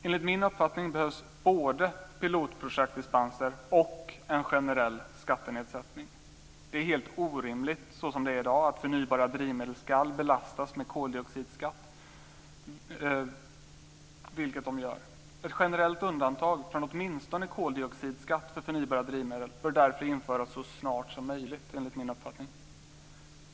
Enligt min uppfattning behövs både pilotprojektdispenser och en generell skattenedsättning. Det är helt orimligt såsom det är i dag - att förnybara drivmedel belastas med koldioxidskatt. Ett generellt undantag från åtminstone koldioxidskatt för förnybara drivmedel bör därför införas så snart som möjligt enligt min uppfattning.